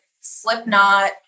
Slipknot